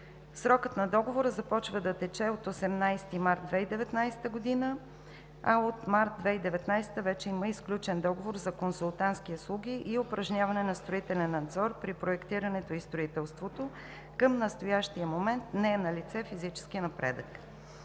Срокът на договора започва да тече от 18 март 2019 г., а от март 2019 г. вече има и сключен договор за консултантски услуги и упражняване на строителен надзор при проектирането и строителството. Към настоящия момент не е налице физически напредък.